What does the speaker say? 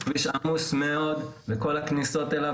הכביש הזה עמוס מאוד וכל הכניסות אליו